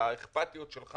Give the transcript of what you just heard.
האכפתיות שלך